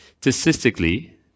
statistically